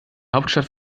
hauptstadt